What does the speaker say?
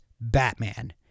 Batman